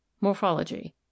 Morphology